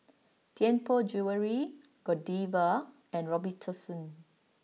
Tianpo Jewellery Godiva and Robitussin